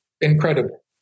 incredible